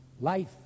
Life